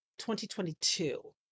2022